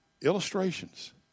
illustrations